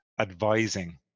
advising